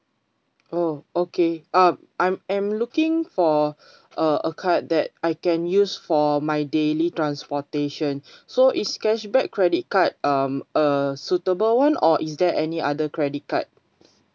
oh okay um I am looking for a a card that I can use for my daily transportation so it's cashback credit card um uh suitable one or is there any other credit card